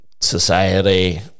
society